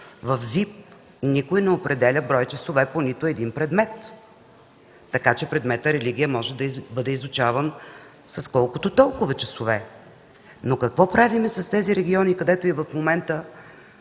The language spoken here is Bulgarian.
в ЗИП никой не определя броя часове по нито един предмет. Предметът „Религия” може да бъде изучаван в колкото – толкова часове. Какво правим в регионите, където и в момента